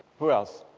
who else?